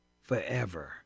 forever